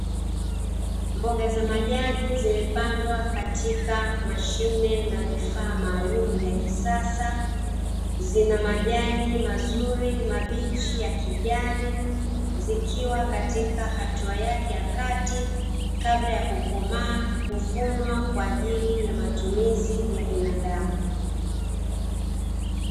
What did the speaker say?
Mboga za majani zimepandwa katika mashine na vifaa maalumu vya kisasa zina majani mazuri mabichi ya kijani, zikiwa katika hatua yake ya kati kabla ya kukomaa kuvunwa kwa ajili ya matumizi ya binadamu.